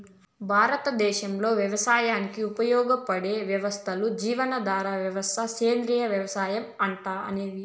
భారతదేశంలో వ్యవసాయానికి ఉపయోగపడే వ్యవస్థలు జీవనాధార వ్యవసాయం, సేంద్రీయ వ్యవసాయం అనేవి